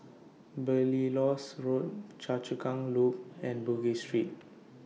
Belilios Road Choa Chu Kang Loop and Bugis Street